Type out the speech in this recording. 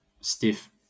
Stiff